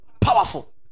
powerful